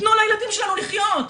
תנו לילדים שלנו לחיות.